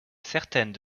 certaines